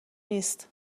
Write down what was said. نیست